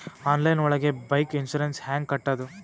Online ಒಳಗೆ bike insurance ಹ್ಯಾಂಗ್ ಕಟ್ಟುದು?